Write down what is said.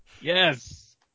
Yes